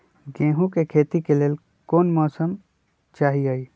गेंहू के खेती के लेल कोन मौसम चाही अई?